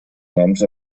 noms